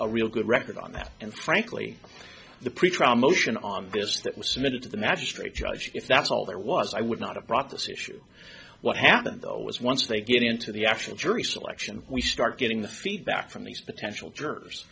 a real good record on that and frankly the pretrial motion on this that was submitted to the magistrate judge if that's all there was i would not have brought this issue what happened though was once they get into the actual jury selection we start getting the feedback from these potential jurors